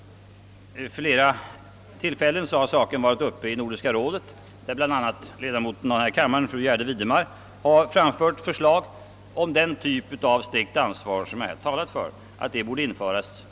Frågan har vid flera tillfällen varit uppe i Nordiska rådet, där bl.a. ledamoten av den här kammaren fru Gärde Widemar framfört flera förslag om att den typ av strikt ansvar jag här talat om bör införas.